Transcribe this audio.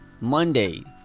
Monday